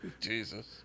Jesus